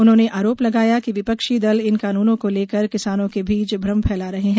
उन्होंने आरोप लगाया कि विपक्षी दल इन कानूनों को लेकर किसानों के बीच भ्रम फैला रहे हैं